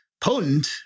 potent